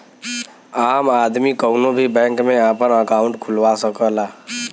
आम आदमी कउनो भी बैंक में आपन अंकाउट खुलवा सकला